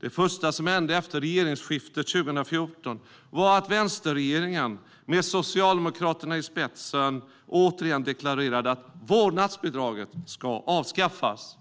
Det första som hände efter regeringsskiftet 2014 var att vänsterregeringen, med Socialdemokraterna i spetsen, återigen deklarerade att vårdnadsbidraget skulle avskaffas.